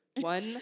One